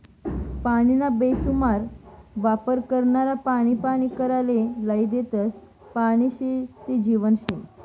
पानीना बेसुमार वापर करनारा पानी पानी कराले लायी देतस, पानी शे ते जीवन शे